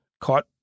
caught